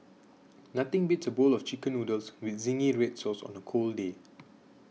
nothing beats a bowl of Chicken Noodles with Zingy Red Sauce on a cold day